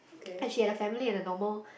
and she had a family and a normal